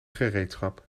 gereedschap